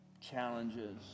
challenges